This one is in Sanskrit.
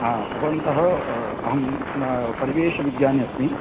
भवन्तः अहं परिवेशविज्ञानी अस्मि